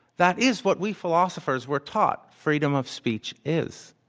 that is what we philosophers were taught freedom of speech is.